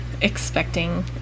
expecting